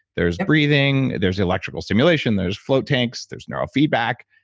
there's breathing, there's the electrical stimulation, there's float tanks, there's neural feedback.